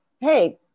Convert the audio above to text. hey